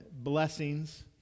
blessings